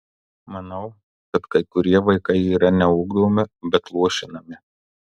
manau kad kai kurie vaikai yra ne ugdomi bet luošinami